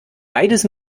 beides